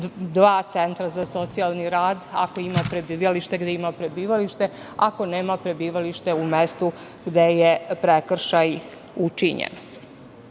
dva centra za socijalni rad. Ako ima prebivalište, gde ima prebivalište, a ako nema prebivalište, onda u mestu gde je prekršaj učinjen. Takođe,